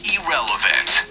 Irrelevant